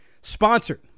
sponsored